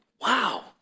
Wow